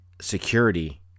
security